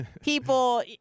people